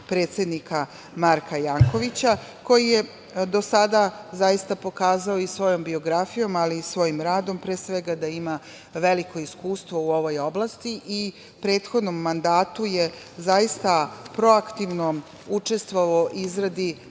predsednika Marka Jankovića, koji je do sada zaista pokazao i svojom biografijom, ali i svojim radom, pre svega, da ima veliko iskustvo u ovoj oblasti i u prethodnom mandatu je zaista proaktivno učestvovao u izradi